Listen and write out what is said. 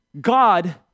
God